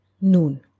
Nun